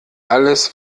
alles